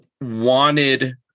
wanted